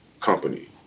company